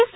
S